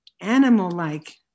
animal-like